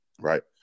right